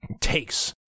takes